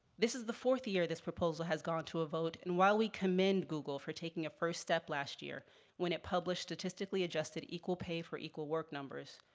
this is the fourth year this proposal has gone to a vote, and while we commend google for taking a first step last year when it published statistically adjusted equal pay for equal work numbers,